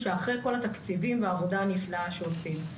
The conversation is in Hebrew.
אחרי כל התקציבים והעבודה הנפלאה שעושים.